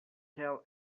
tell